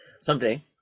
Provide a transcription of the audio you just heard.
someday